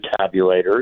tabulators